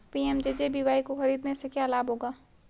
PMJJBY को खरीदने से क्या लाभ होगा?